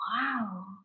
wow